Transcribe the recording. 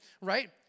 right